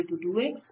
तो और